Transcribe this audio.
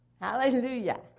hallelujah